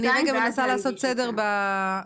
אני מנסה לעשות סדר בדברים.